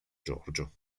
giorgio